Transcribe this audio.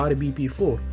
Rbp4